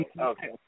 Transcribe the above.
Okay